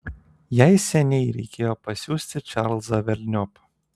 jai seniai reikėjo pasiųsti čarlzą velniop